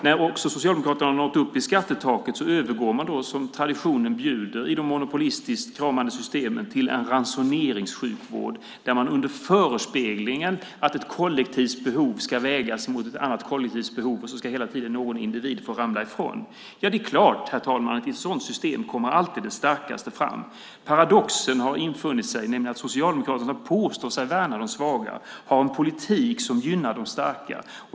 När också Socialdemokraterna har nått upp till skattetaket övergår man som traditionen bjuder i de monopolistiska systemen till en ransoneringssjukvård under förespeglingen att ett kollektivs behov ska vägas mot ett annat kollektivs behov och så ska hela tiden någon individ få ramla ifrån. Det är klart, herr talman, att i ett sådant system kommer alltid den starkaste fram. Paradoxen har infunnit sig, nämligen att Socialdemokraterna som påstår sig värna de svaga har en politik som gynnar de starka.